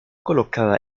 colocada